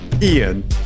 Ian